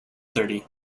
thirty